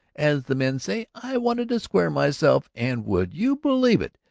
as the men say, i wanted to square myself. and, would you believe it,